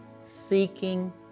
seeking